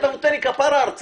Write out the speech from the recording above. כפרה, אתה נותן לי הרצאה.